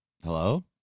Hello